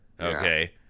Okay